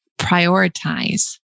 prioritize